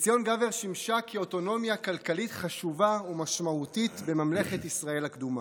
עציון גבר שימשה אוטונומיה כלכלית חשובה ומשמעותית בממלכת ישראל הקדומה.